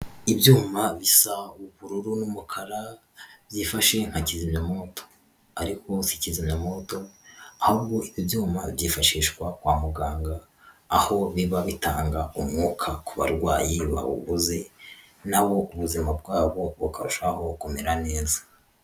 Ibyuma bisa ubururu n'umukara byifashe nka kimyamoto, ariko si kizimyamoto. Ahubwo ibyo ibyuma byifashishwa kwa muganga, aho biba bitanga umwuka ku barwayi bawuguze. Nabo ubuzima bwabo bukarushaho kumera neza.